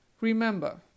Remember